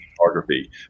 photography